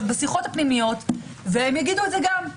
בשיחות הפנימיות הם גם יגידו את זה,